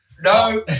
No